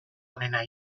onena